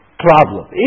problem